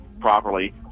properly